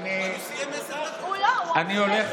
הולך,